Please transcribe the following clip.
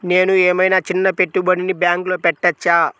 నేను ఏమయినా చిన్న పెట్టుబడిని బ్యాంక్లో పెట్టచ్చా?